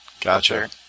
Gotcha